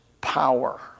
power